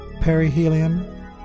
perihelion